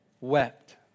wept